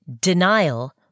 denial